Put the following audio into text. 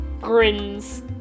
grins